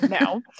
No